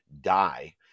die